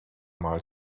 mal